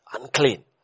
Unclean